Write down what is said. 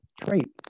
traits